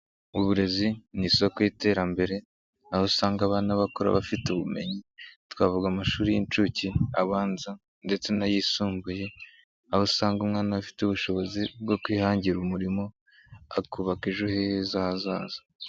Uburezi ni isoko y'iterambere aho usanga abana bakura bafite ubumenyi twavuga amashuri y'inshuke, abanza ndetse n'ayisumbuye, aho usanga umwana afite ubushobozi bwo kwihangira umurimo akubaka ejo heza hazaza.